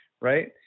right